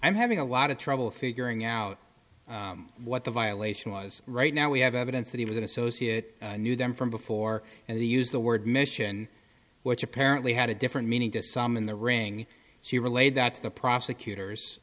i'm having a lot of trouble figuring out what the violation was right now we have evidence that he was an associate knew them from before and they used the word mission which apparently had a different meaning to some in the ring she relayed that to the prosecutors